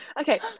okay